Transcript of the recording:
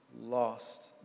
lost